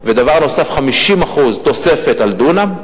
ודבר נוסף, 50% תוספת על דונם.